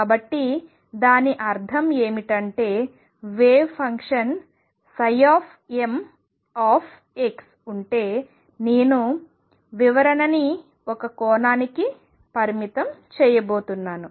కాబట్టి దాని అర్థం ఏమిటంటే వేవ్ ఫంక్షన్ m ఉంటే నేను వివరణ ని ఒక కోణానికి పరిమితం చేయబోతున్నాను